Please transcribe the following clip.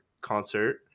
concert